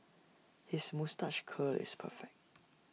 his moustache curl is perfect